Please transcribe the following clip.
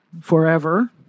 forever